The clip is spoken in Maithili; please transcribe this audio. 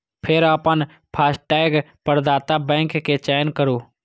फेर अपन फास्टैग प्रदाता बैंक के चयन करू